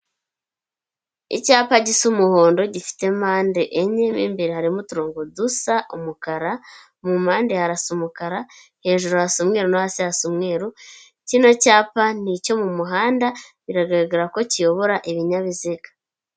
Icyapa gisa umuhondo gifite mpande enye, mu imbere harimo uturongongu dusa umukara, mu mpande harasa umukara, hejuru hasa umweru no hasi hasi umweru, kino cyapa ni icyo mu muhanda, biragaragara ko kiyobora ibinyabiziga.